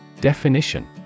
Definition